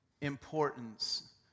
importance